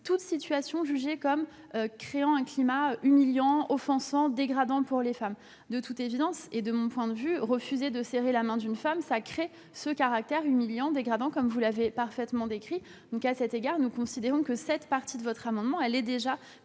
toute situation jugée de nature à créer un climat humiliant, offensant, dégradant pour les femmes. De toute évidence, de mon point de vue, refuser de serrer la main d'une femme crée ce caractère humiliant et dégradant, comme vous l'avez parfaitement relevé. À cet égard, nous considérons que cette partie de votre amendement est déjà